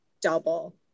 double